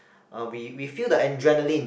uh we we feel the adrenaline